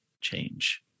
change